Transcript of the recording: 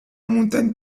montagne